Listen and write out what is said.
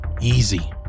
Easy